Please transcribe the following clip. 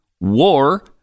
war